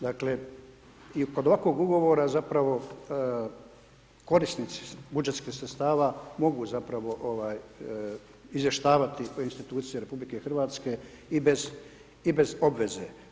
Dakle, i kod ovakvog ugovora zapravo korisnici budžetskih sredstava mogu zapravo izvještavati kao institucija RH, i bez obveze.